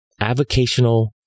avocational